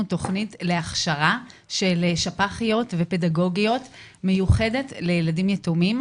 תוכנית להכשרה של שפח"יות ופדגוגיות מיוחדת לילדים יתומים.